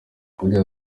bariya